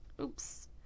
Oops